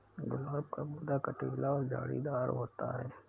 गुलाब का पौधा कटीला और झाड़ीदार होता है